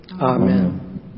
Amen